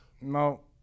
No